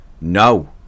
no